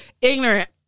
ignorant